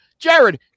Jared